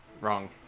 Wrong